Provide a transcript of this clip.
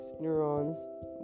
neurons